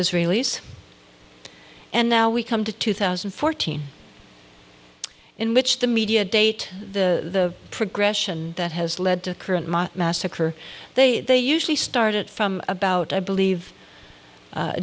israelis and now we come to two thousand and fourteen in which the media date the progression that has led to a current massacre they usually started from about i believe